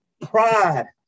Pride